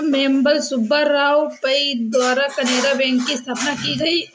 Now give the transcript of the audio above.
अम्मेम्बल सुब्बा राव पई द्वारा केनरा बैंक की स्थापना की गयी